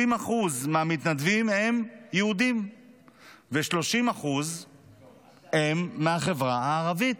70% מהמתנדבים הם יהודים ו-30% הם מהחברה הערבית.